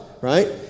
right